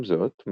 עם זאת,